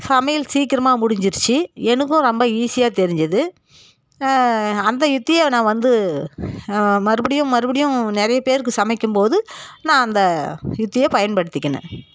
சமையல் சீக்கிரமா முடிஞ்சிடுச்சு எனக்கும் ரொம்ப ஈஸியாக தெரிஞ்சுது அந்த யுத்தியை நான் வந்து மறுபடியும் மறுபடியும் நிறைய பேருக்கு சமைக்கும் போது நான் அந்த யுத்தியை பயன்படுத்திகினேன்